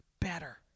better